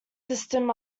system